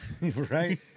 right